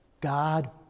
God